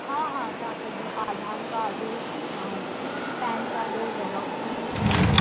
हा हा तव्हां पंहिंजो आधार कार्ड ऐं पेन कार्ड जो ज़ेरोक्स खणी अचिजो